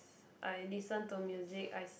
I listen to music I